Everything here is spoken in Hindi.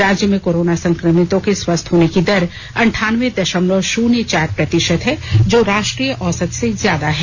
राज्य में कोरोना संकमितों के स्वस्थ होने की दर अंठानवें द ामलव भाून्य चार प्रति ात है जो राश्ट्रीय औसत से ज्यादा है